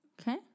Okay